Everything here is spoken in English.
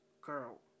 girl